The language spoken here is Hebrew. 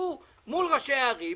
תתייצבו מול ראשי הערים,